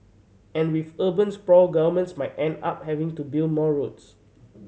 and with urban sprawl governments might end up having to build more roads